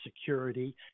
security